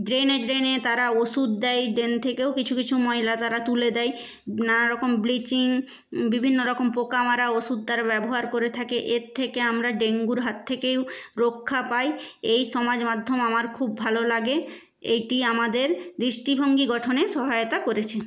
ড্রেনে ড্রেনে তারা ওষুধ দেয় ড্রেন থেকেও কিছু কিছু ময়লা তারা তুলে দেয় নানা রকম ব্লিচিং বিভিন্ন রকম পোকা মারা ওষুধ তারা ব্যবহার করে থাকে এর থেকে আমরা ডেঙ্গুর হাত থেকেও রক্ষা পাই এই সমাজ মাধ্যম আমার খুব ভালো লাগে এটি আমাদের দৃষ্টিভঙ্গি গঠনে সহায়তা করেছে